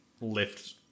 lift